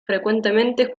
frecuentemente